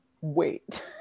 wait